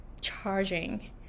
charging